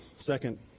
Second